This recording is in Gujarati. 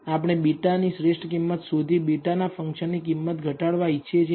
આપણે β ની શ્રેષ્ઠ કિંમત શોધી β ના ફંકશન ની કિંમત ઘટાડવા ઇચ્છીએ છીએ